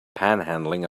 panhandling